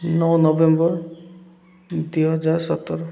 ନଅ ନଭେମ୍ବର ଦୁଇ ହଜାର ସତର